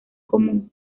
común